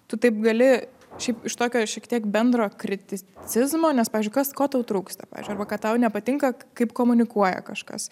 tu taip gali šiaip iš tokio šiek tiek bendro kriticizmo nes pavyzdžiui kas ko tau trūksta pavyzdžiui arba ką tau nepatinka kaip komunikuoja kažkas